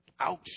Ouch